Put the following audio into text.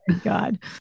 God